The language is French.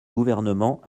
gouvernement